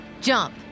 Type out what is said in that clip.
Jump